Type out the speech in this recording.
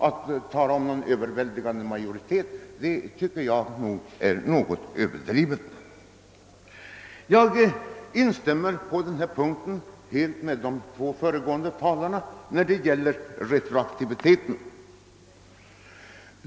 Att tala om en överväldigande majoritet i detta sammanhang tycker jag därför är något överdrivet. Jag instämmer helt med de två föregående talarna i fråga om retroaktiviteten.